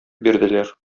бирделәр